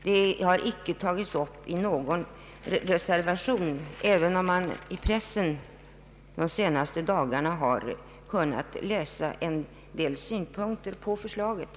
Frågan har icke tagits upp i någon reservation, även om man i pressen de senaste dagarna kunnat läsa en del synpunkter på förslaget.